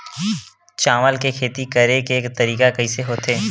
चावल के खेती करेके तरीका कइसे होथे?